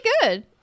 good